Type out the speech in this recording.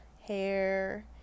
hair